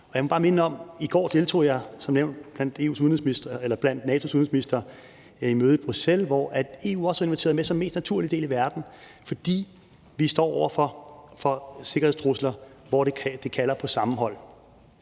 Og jeg må bare minde om, at i går deltog jeg, som nævnt, blandt NATO's udenrigsministre i et møde i Bruxelles, hvor EU som den mest naturlige del i verden også var inviteret med, fordi vi står over for sikkerhedstrusler, der kalder på sammenhold.